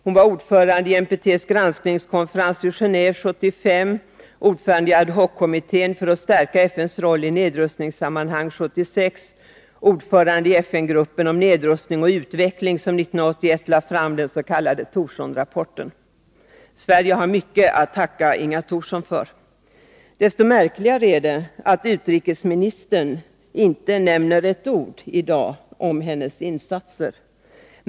Hon var ordförande vid NPT:s granskningskonferens i Geneve 1975, ordförande i ad hoc-kommittén för att stärka FN:s roll i nedrustningssammanhang 1976 och ordförande i FN-gruppen för nedrustning och utveckling, som 1981 lade fram den s.k. Thorssonrapporten. Sverige har mycket att tacka Inga Thorsson för. Därför är det märkligt att utrikesministern i dag inte nämner ett ord om hennes insatser.